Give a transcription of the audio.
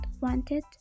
Wanted